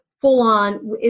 full-on